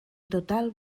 total